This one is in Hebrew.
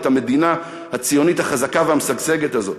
את המדינה הציונית החזקה והמשגשגת הזאת.